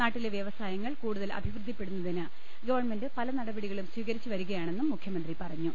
നാട്ടിലെ വ്യവസായങ്ങൾ കൂടുതൽ അഭിവൃദ്ധിപ്പെടുന്നതിന് ഗ്വൺമെന്റ് പലനടപടികളും സ്വീകരിച്ചു വരികയാണെന്നും മുഖ്യമന്തി പറഞ്ഞു